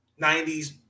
90s